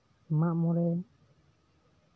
ᱢᱟᱜ ᱢᱚᱬᱮ